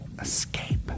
Escape